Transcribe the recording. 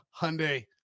Hyundai